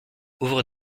ouvre